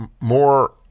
more